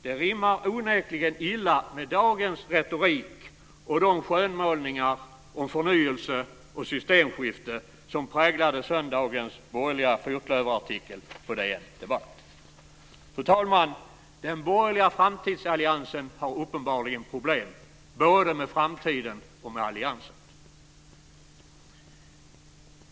Det rimmar onekligen illa med dagens retorik och de skönmålningar om förnyelse och systemskifte som präglade söndagens borgerliga fyrklöverartikel på DN Debatt. Fru talman! Den borgerliga framtidsalliansen har uppenbarligen problem både med framtiden och med alliansen.